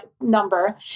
number